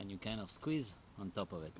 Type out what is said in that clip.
and you kind of squeeze on top of it